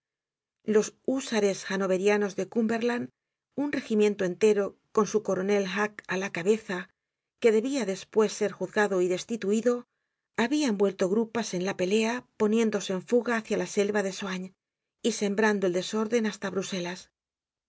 los húsares hannoverianos de cumberland un regimiento entero con su coronel hacke á la cabeza que debia despues ser juzgado y destituido habian vuelto grupas en la pelea poniéndose en fuga hácia la selva de soignes y sembrando el desorden hasta bruselas